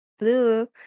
blue